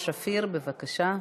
חברת הכנסת סתיו שפיר, בבקשה.